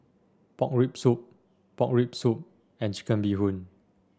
Pork Rib Soup Pork Rib Soup and Chicken Bee Hoon